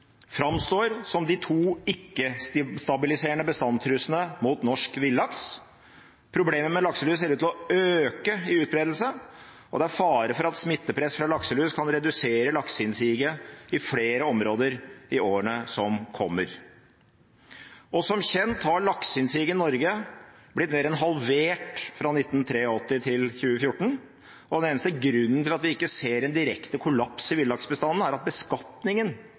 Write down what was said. framstår generelt som de to ikke-stabiliserte bestandstruslene mot norsk villaks. Problemet med lakselus ser ut til å øke i utbredelse, og det er fare for at smittepress fra lakselus kan redusere lakseinnsiget i flere områder i årene som kommer.» Som kjent har lakseinnsiget i Norge blitt mer enn halvert fra 1983 til 2014, og den eneste grunnen til at vi ikke ser en direkte kollaps i villaksbestanden, er at beskatningen